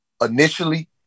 initially